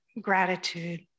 gratitude